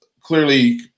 clearly